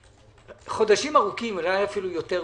חודשים ארוכים, אולי יותר מזה,